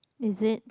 is it